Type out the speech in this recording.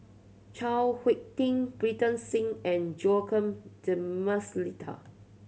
Chao Hick Tin Pritam Singh and Joaquim D'Almeida